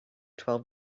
twelve